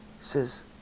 says